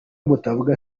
mutavuga